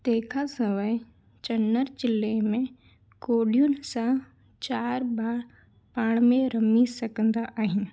तंहिं खां सवाइ चनर चिले में कोॾियुनि सां चारि ॿार पाण में रमी सघंदा आहियूं